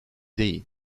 değil